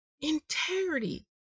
integrity